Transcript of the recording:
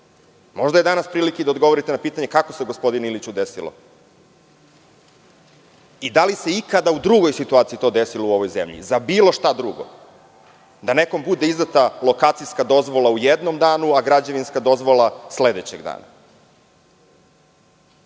Možda je danas prilika i da odgovorite na pitanje kako se gospodine Iliću desilo i da li se ikada u drugoj situaciji to desilo u ovoj zemlji za bilo šta drugo, da nekom bude izdata lokacijska dozvola u jednom danu, a građevinska dozvola sledećeg dana?